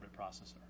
processor